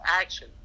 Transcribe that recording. action